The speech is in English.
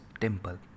temple